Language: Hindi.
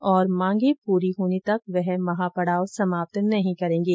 और मांगें पूरी होने तक वह महापड़ाव समाप्त नहीं करेंगे